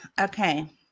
okay